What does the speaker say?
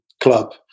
club